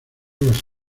las